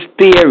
theory